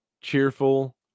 cheerful